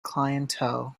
clientele